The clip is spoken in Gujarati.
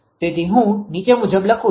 તેથી હું નીચે મુજબ લખું છુ